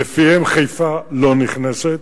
ולפיהם חיפה לא נכנסת.